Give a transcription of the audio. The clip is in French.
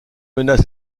menace